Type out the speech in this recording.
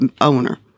owner